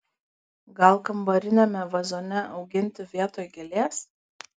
gal kambariniame vazone auginti vietoj gėlės